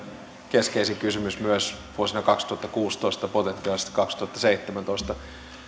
keskeisin kysymys myös vuonna kaksituhattakuusitoista potentiaalisesti kaksituhattaseitsemäntoista